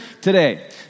today